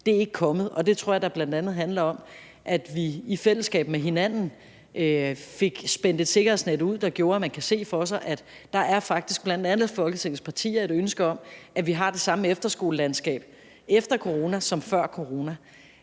ikke er kommet. Det tror jeg da bl.a. handler om, at vi i fællesskab med hinanden fik spændt et sikkerhedsnet ud, der gjorde, at man kan se for sig, at der blandt alle Folketingets partier faktisk er et ønske om, at vi har det samme efterskolelandskab efter corona som før corona.